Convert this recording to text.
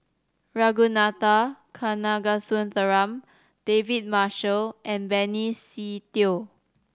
Ragunathar Kanagasuntheram David Marshall and Benny Se Teo